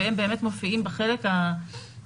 והם באמת מופיעים בחלק השני,